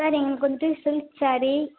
sir எங்களுக்கு வந்துட்டு silk sari